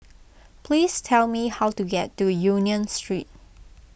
please tell me how to get to Union Street